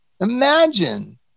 Imagine